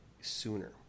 sooner